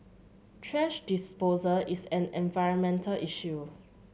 thrash disposal is an environmental issue